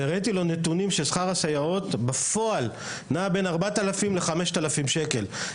והראיתי לו נתונים ששכר הסייעות בפועל נע בין 4,000 ל-5,000 שקל.